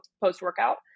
post-workout